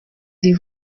iri